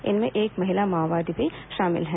इनमें एक महिला माओवादी भी शामिल हैं